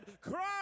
cry